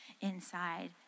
inside